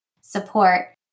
support